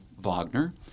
Wagner